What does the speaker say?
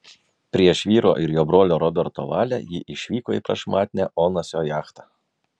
prieš vyro ir jo brolio roberto valią ji išvyko į prašmatnią onasio jachtą